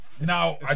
Now